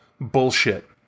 bullshit